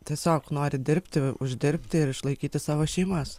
tiesiog nori dirbti uždirbti ir išlaikyti savo šeimas